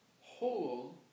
whole